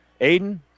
Aiden